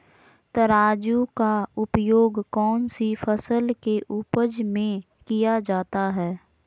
तराजू का उपयोग कौन सी फसल के उपज में किया जाता है?